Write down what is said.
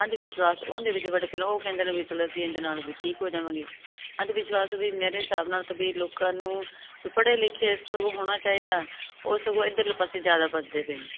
ਅੰਧ ਵਿਸ਼ਵਾਸ ਉਹਦੇ ਵਿੱਚ ਬੜੇ ਫਿਰ ਉਹ ਕਹਿੰਦੇ ਨੇ ਅਸੀਂ ਇਹਦੇ ਨਾਲ ਵੀ ਠੀਕ ਹੋ ਜਾਵਾਂਗੇ ਅੰਧ ਵਿਸ਼ਵਾਸ ਵੀ ਮੇਰੇ ਹਿਸਾਬ ਨਾਲ ਤਾਂ ਵੀ ਲੋਕਾਂ ਨੂੰ ਵੀ ਪੜ੍ਹੇ ਲਿਖੇ ਸਗੋਂ ਹੋਣਾ ਚਾਹੀਦਾ ਉਹ ਸਗੋਂ ਇੱਧਰਲੇ ਪਾਸੇ ਜ਼ਿਆਦਾ ਭੱਜਦੇ ਪਏ ਨੇ